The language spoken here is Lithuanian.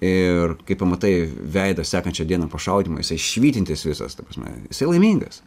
ir kai pamatai veidą sekančią dieną po šaudymo jisai švytintis visas ta prasme jisai laimingas